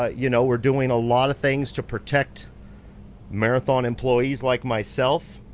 ah you know we're doing a lot of things to protect marathon employees like myself